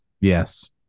Yes